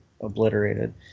obliterated